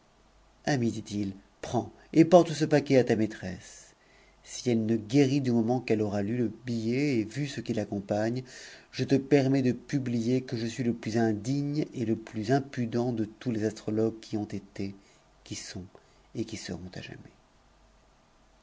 dit-il preu'k et porte ce paquet à ta maîtresse si elle ne guérit du moment qu'cm aura lu le billet et vu ce qui l'accompagne je te permets de publier t je suis le plus indigne et le plus impudent de tous les astrologues qui ëté qui sont et qui seront à jamais